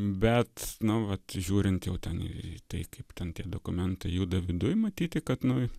bet nu vat žiūrint jau ten į tai kaip ten tie dokumentai juda viduj matyti kad nu